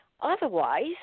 Otherwise